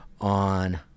On